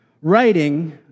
writing